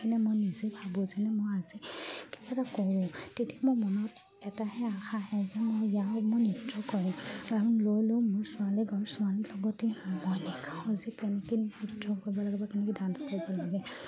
নে মই নিজে ভাবোঁ যেনে মই আজি কিবা এটা কৰোঁ তেতিয়া মই মনত এটাহে আশা আহে যে মই ইয়াৰ মই নৃত্য কৰে কাৰণ লৈ লওঁ মোৰ ছোৱালী ঘৰ ছোৱালীৰ লগতে মই নেখাওঁ যে কেনেকে নৃত্য কৰিব লাগে বা কেনেকে ডাঞ্চ কৰিব লাগে